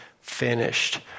finished